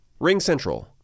RingCentral